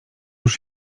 już